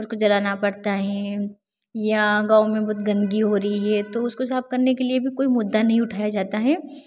और कुछ जलाना पड़ता है या गाँव में बहुत गंदगी हो रही है तो उसको साफ करने के लिए भी कोई मुद्दा नहीं उठाया जाता है